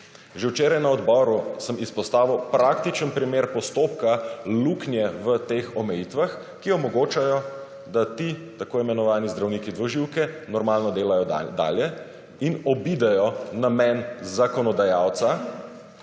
Že včeraj na odboru sem izpostavil praktičen primer postopka luknje v teh omejitvah, ki omogočajo, da ti t. i. zdravniki dvoživke normalno delajo dalje in obidejo namen zakonodajalca,